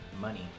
Money